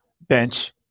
bench